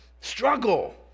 Struggle